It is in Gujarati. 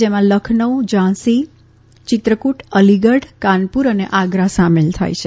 જેમાં લખનૌ ઝાંસી ચિત્રકુટ અલીગઢ કાનપુર અને આગ્રા સામેલ છે